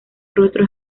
rostro